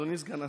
אדוני סגן השר,